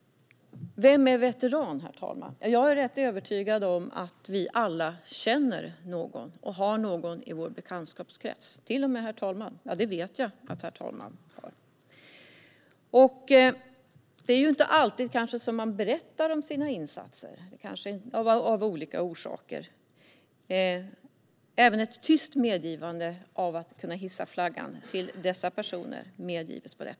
Vem är veteran, herr talman? Jag är rätt övertygad om att vi alla känner någon och har någon i vår bekantskapskrets. Det har till och med herr talman - det vet jag. Det är kanske inte alltid de berättar om sina insatser - av olika orsaker gör de kanske inte det. På detta sätt kan man även hissa flaggan för de tysta personerna.